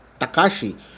takashi